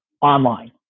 online